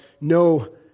no